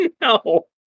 No